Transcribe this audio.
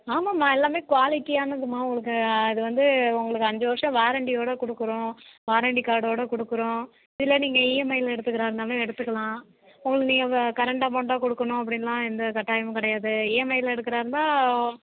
ஆமாம்மா எல்லாமே குவாலிட்டியானதும்மா உங்களுக்கு அது வந்து உங்களுக்கு அஞ்சு வருஷம் வாரன்ட்டியோட கொடுக்குறோம் வாரன்ட்டி கார்டோட கொடுக்குறோம் இல்லை நீங்கள் இஎம்ஐயில எடுத்துக்கறதாக இருந்தாலும் எடுத்துக்கலாம் உங்களுக்கு நீங்கள் இப்போ கரண்ட் அமௌன்ட்டாக கொடுக்கணும் அப்படின்னுலாம் எந்த கட்டாயமும் கிடையாது இஎம்ஐயில எடுக்கறதாக இருந்தால்